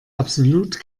absolut